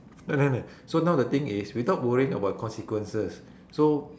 no no so now the thing is without worrying about consequences so